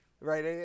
Right